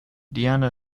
diana